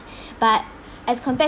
but as compared